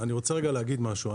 אני רוצה רגע להגיד משהו.